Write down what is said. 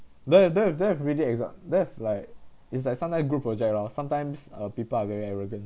don't have don't have don't have really exa~ don't have like it's like sometimes group project lor sometimes uh people are very arrogant